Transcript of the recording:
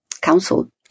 council